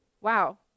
Wow